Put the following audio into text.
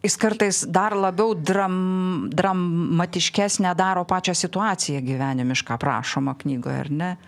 jis kartais dar labiau dra dramatiškesnę daro pačią situaciją gyvenimišką aprašomą knygoje ar ne